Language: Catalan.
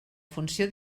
funció